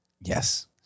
Yes